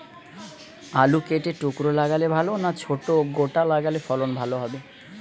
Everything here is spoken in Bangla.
আলু কেটে টুকরো লাগালে ভাল না ছোট গোটা লাগালে ফলন ভালো হবে?